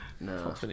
No